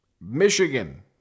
Michigan